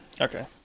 Okay